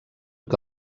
que